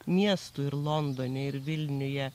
miestų ir londone ir vilniuje